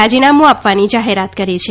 રાજીનામું આપવાની જાહેરાત કરી છે